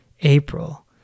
April